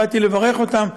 באתי לברך אותם.